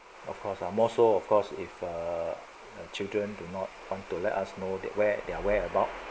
of course lah more so of course if err children do not want to let us know that where their whereabout